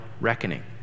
reckoning